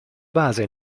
base